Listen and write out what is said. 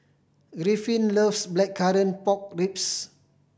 Griffin loves Blackcurrant Pork Ribs